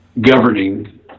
governing